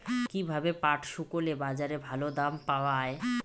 কীভাবে পাট শুকোলে বাজারে ভালো দাম পাওয়া য়ায়?